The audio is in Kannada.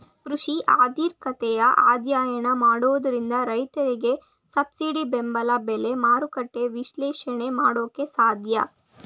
ಕೃಷಿ ಆರ್ಥಿಕತೆಯ ಅಧ್ಯಯನ ಮಾಡೋದ್ರಿಂದ ರೈತರಿಗೆ ಸಬ್ಸಿಡಿ ಬೆಂಬಲ ಬೆಲೆ, ಮಾರುಕಟ್ಟೆ ವಿಶ್ಲೇಷಣೆ ಮಾಡೋಕೆ ಸಾಧ್ಯ